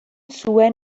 zuen